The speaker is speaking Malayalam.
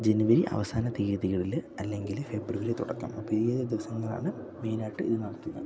ജനുവരി അവസാന തീയ്യതികളിൽ അല്ലെങ്കിൽ ഫെബ്രുവരി തുടക്കം അപ്പം ഈ ഒരു ദിവസങ്ങളാണ് മെയിനായിട്ട് ഇത് നടത്തുന്നത്